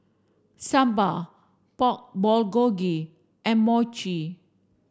sambar Pork Bulgogi and Mochi